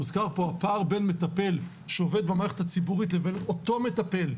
הוזכר פה פער בין מטפל שעובד במערכת הציבורית לבין אותו מטפל,